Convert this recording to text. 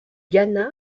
ghana